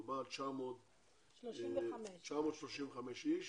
מדובר על 935 איש